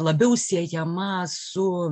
labiau siejamas su